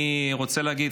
אני רוצה להגיד,